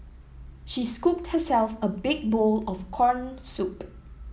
she scooped herself a big bowl of corn soup